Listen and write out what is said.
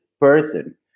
person